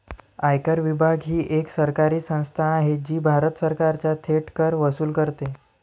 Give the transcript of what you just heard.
आयकर विभाग ही एक सरकारी संस्था आहे जी भारत सरकारचा थेट कर वसूल करते